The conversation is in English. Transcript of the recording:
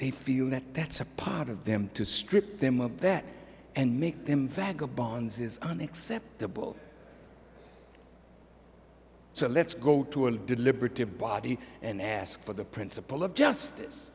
they feel that that's a part of them to strip them of that and make them faggot bonds is unacceptable so let's go to a deliberative body and ask for the principle of justice